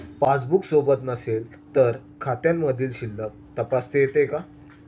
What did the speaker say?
Passbook सोबत नसेल तर खात्यामधील शिल्लक तपासता येते का?